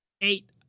eight